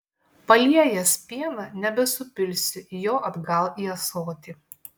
paliejęs pieną nebesupilsi jo atgal į ąsotį